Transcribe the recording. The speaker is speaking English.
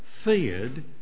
Feared